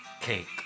cake